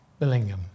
Billingham